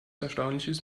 erstaunliches